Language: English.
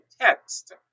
text